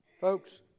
Folks